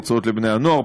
הרצאות לבני-הנוער,